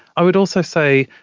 i would also say,